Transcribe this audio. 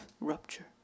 rupture